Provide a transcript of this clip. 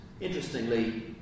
Interestingly